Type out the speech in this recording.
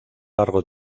largo